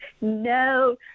no